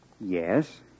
Yes